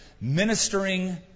ministering